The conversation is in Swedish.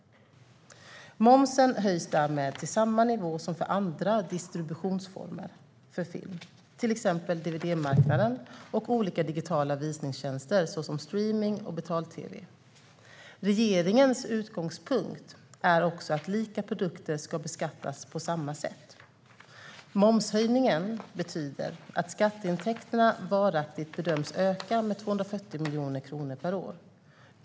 Momsen höjs därmed till samma nivå som för andra distributionsformer för film, till exempel dvd-marknaden och olika digitala visningstjänster såsom streamning och betal-tv. Regeringens utgångspunkt är också att lika produkter ska beskattas på samma sätt. Momshöjningen betyder att skatteintäkterna varaktigt bedöms öka med 240 miljoner kronor per år.